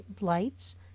lights